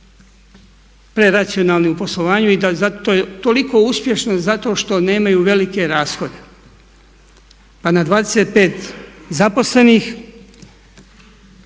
preracionalni u poslovanju i da zato je toliko uspješno zato što nemaju velike rashode. Pa na 25 zaposlenih